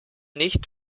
nicht